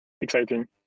exciting